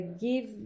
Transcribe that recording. give